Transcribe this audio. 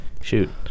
shoot